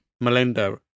Melinda